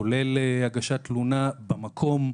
כולל הגשת תלונה במקום.